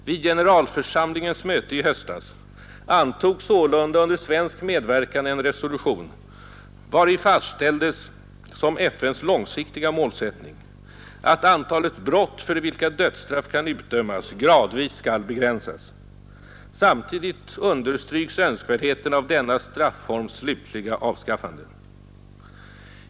Vid generalförsamlingens möte i höstas antogs sålunda under svensk medverkan en resolution, vari fastställdes som FN:s långsiktiga målsättning att antalet brott för vilka dödsstraff kan utdömas gradvis skall begränsas. Samtidigt understryks önskvärdheten av denna strafforms slutliga avskaffande.